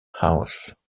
house